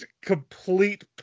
complete